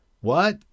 What